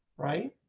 right.